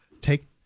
take